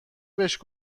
بهش